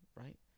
right